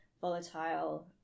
volatile